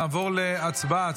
נעבור להצבעה.